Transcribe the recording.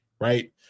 right